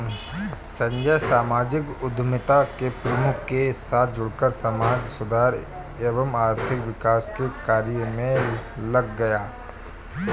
संजय सामाजिक उद्यमिता के प्रमुख के साथ जुड़कर समाज सुधार एवं आर्थिक विकास के कार्य मे लग गया